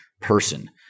person